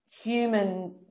human